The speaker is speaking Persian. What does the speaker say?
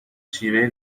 شیوه